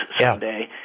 someday